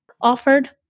offered